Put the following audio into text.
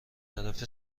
طرف